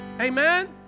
amen